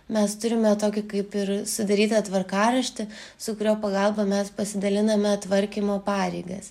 mes turime tokį kaip ir sudarytą tvarkaraštį su kurio pagalba mes pasidaliname tvarkymo pareigas